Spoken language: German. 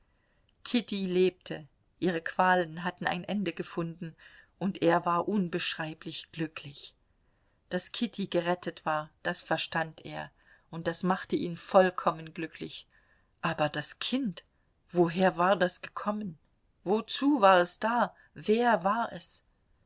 kitty lebte ihre qualen hatten ein ende gefunden und er war unbeschreiblich glücklich daß kitty gerettet war das verstand er und das machte ihn vollkommen glücklich aber das kind woher war das gekommen wozu war es da wer war es